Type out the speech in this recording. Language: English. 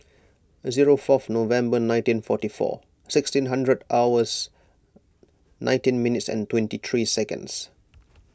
zero fourth November nineteen forty four sixteen hundred hours nineteen minutes and twenty three seconds